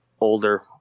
older